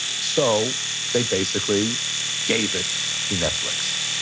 so they basically gave it to netflix.